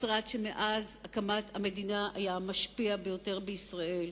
משרד שמאז הקמת המדינה היה המשפיע ביותר בישראל.